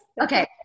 Okay